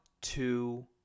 two